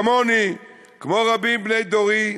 כמוני, כמו רבים מבני דורי,